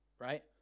Right